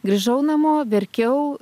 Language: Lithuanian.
grįžau namo verkiau